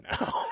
now